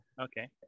okay